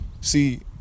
see